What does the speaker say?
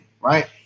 right